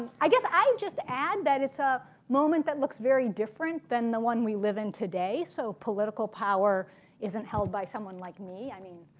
i guess i would just add that it's a moment that looks very different than the one we live in today. so political power isn't held by someone like me. i mean,